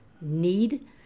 need